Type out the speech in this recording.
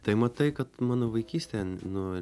tai matai kad mano vaikystė nu